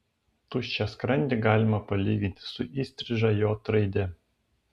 tuščią skrandį galima palyginti su įstriža j raide